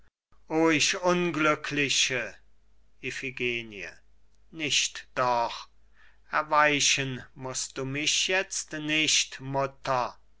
o ich unglückliche iphigenie nicht doch erweichen mußt du mich jetzt nicht mutter